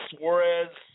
Suarez